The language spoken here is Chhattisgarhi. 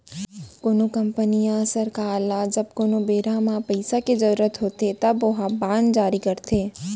कोनो कंपनी या सरकार ल जब कोनो बेरा म पइसा के जरुरत होथे तब ओहा बांड जारी करथे